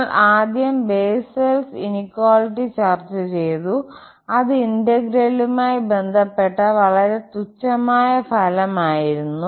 നമ്മൾ ആദ്യം Bessel's inequality ചർച്ച ചെയ്തു അത് ഇന്റെഗ്രേളുമായി ബന്ധപ്പെട്ട വളരെ തുച്ഛമായ ഫലം ആയിരുന്നു